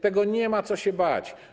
Tego nie ma co się bać.